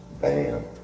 Bam